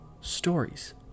Stories